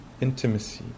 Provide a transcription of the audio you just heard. intimacy